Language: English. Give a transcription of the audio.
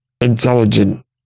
intelligent